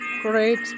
great